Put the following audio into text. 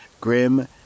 Grim